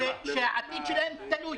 שהעתיד שלהם נשאר תלוי.